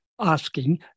asking